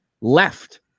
left